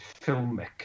filmic